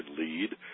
lead